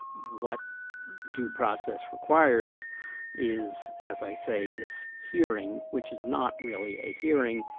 what due process requires is, as i say, this hearing which is not really a hearing,